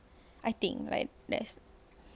I think like there's